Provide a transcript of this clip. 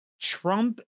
trump